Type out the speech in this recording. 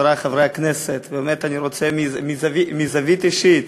חברי חברי הכנסת, באמת אני רוצה מזווית אישית.